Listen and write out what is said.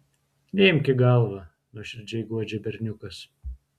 neimk į galvą nuoširdžiai guodžia berniukas